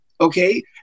okay